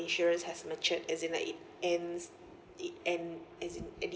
insurance has matured as in like it ends it end as in